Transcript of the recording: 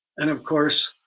and of course